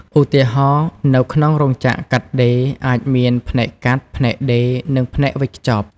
ឧទាហរណ៍ នៅក្នុងរោងចក្រកាត់ដេរ អាចមានផ្នែកកាត់ ផ្នែកដេរ និងផ្នែកវេចខ្ចប់។